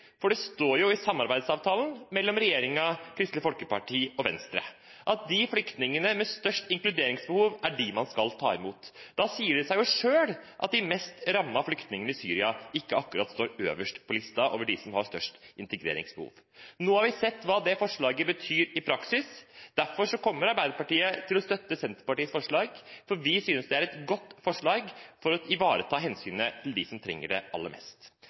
For det står jo i samarbeidsavtalen mellom regjeringen, Kristelig Folkeparti og Venstre at det er de flyktningene med størst inkluderingsbehov man skal ta imot. Da sier det seg selv at de mest rammede flyktningene i Syria ikke akkurat står øverst på lista over dem som har størst integreringsbehov. Nå har vi sett hva det forslaget betyr i praksis, derfor kommer Arbeiderpartiet til å støtte Senterpartiets forslag, for vi synes det er et godt forslag for å ivareta hensynene til dem som trenger det aller mest.